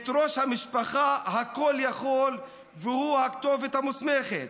את ראש המשפחה הכל-יכול שהוא הכתובת המוסמכת,